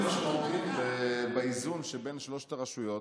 משמעותיים באיזון שבין שלוש הרשויות.